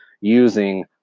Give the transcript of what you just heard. using